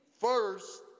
first